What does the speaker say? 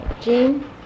Jean